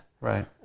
Right